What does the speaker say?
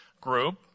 group